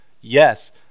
yes